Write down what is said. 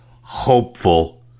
hopeful